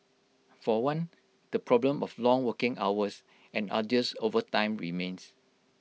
for one the problem of long working hours and arduous overtime remains